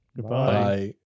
Goodbye